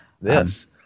Yes